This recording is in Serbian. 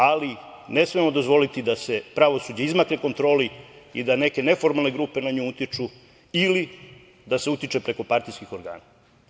Ali, ne smemo dozvoliti da se pravosuđe izmakne kontroli i da neke neformalne grupe na nju utiču, ili da se utiče preko partijskih organa.